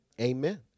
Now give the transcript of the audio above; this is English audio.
amen